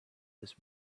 this